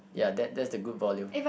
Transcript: ya that that is a good volume